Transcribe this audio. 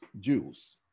Jews